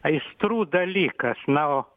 aistrų dalykas na o